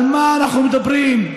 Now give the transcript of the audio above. על מה אנחנו מדברים?